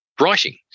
writing